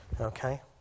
okay